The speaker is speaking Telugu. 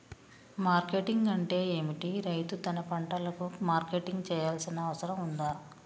మార్కెటింగ్ అంటే ఏమిటి? రైతు తన పంటలకు మార్కెటింగ్ చేయాల్సిన అవసరం ఉందా?